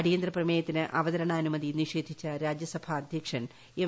അടിയന്തിര പ്രമേയത്തിന് അവതരണാനുമതി നിഷേധിച്ച രാജ്യസഭാ അധ്യക്ഷൻ എം